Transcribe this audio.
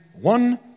one